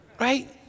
Right